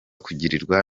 kugirirwa